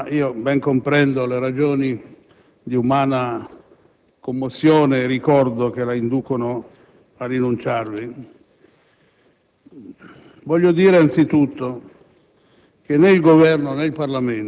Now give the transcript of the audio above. è Rosa Villecco Calipari, ma ben comprendo le ragioni di umana commozione e ricordo che la inducono a rinunciarvi.